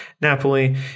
Napoli